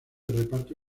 reparto